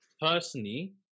Personally